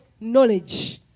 knowledge